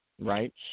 right